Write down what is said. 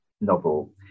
novel